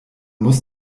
muss